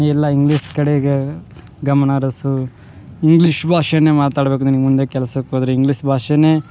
ಎಲ್ಲ ಇಂಗ್ಲೀಸ್ ಕಡೆಗೆ ಗಮನ ಹರಿಸು ಇಂಗ್ಲೀಷ್ ಭಾಷೆನೆ ಮಾತಾಡ್ಬೇಕು ನಿನಗ್ ಮುಂದೆ ಕೆಲ್ಸಕ್ಕೆ ಹೋದ್ರೆ ಇಂಗ್ಲಿಸ್ ಭಾಷೆನೇ